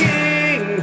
King